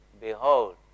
Behold